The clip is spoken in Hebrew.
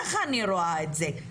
ככה אני רואה את זה.